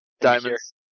diamond's